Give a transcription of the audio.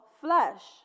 flesh